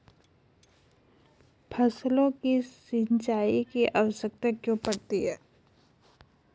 फसलों को सिंचाई की आवश्यकता क्यों पड़ती है?